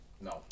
No